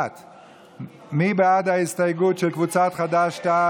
1. מי בעד ההסתייגות של קבוצת חד"ש-תע"ל?